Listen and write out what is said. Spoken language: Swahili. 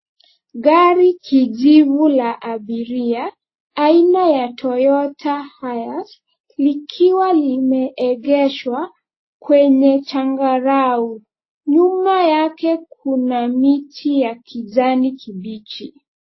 Gari kijivu la abiria, aina ya Toyota Hayas, likiwa limeegeshwa kwenye changarawe. Nyuma yake kuna miti ya kijani kibichi.